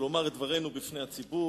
לומר את דברנו בפני הציבור.